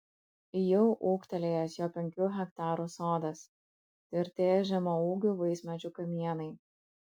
jau ūgtelėjęs jo penkių hektarų sodas tvirtėja žemaūgių vaismedžių kamienai